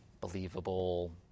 believable